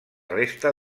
resta